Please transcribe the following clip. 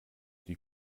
die